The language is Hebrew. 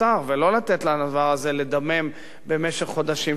ולא לתת לדבר הזה לדמם במשך חודשים שלמים.